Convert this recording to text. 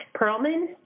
Perlman